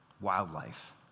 wildlife